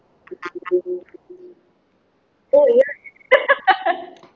oh yes